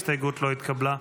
ההסתייגות לא התקבלה.